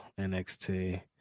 NXT